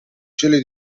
cieli